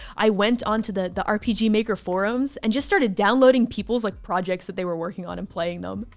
i went onto the the rpg maker forums and just started downloading people's like projects that they were working on and playing them.